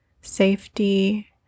safety